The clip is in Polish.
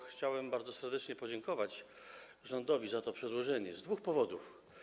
Chciałem bardzo serdecznie podziękować rządowi za to przedłożenie, i to z dwóch powodów.